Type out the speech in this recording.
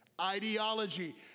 Ideology